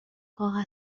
کاغذها